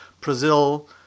Brazil